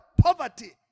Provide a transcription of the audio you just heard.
poverty